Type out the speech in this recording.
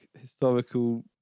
historical